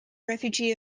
refugee